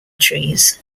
trees